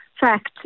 fact